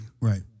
right